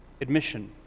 admission